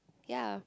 yea